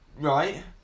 right